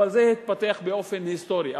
אבל זה התפתח באופן היסטורי.